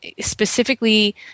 specifically